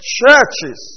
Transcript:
churches